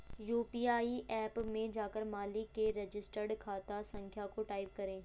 UPI app में जाकर मालिक के रजिस्टर्ड खाता संख्या को टाईप करें